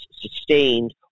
sustained